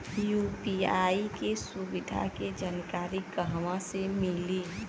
UPI के सुविधा के जानकारी कहवा से मिली?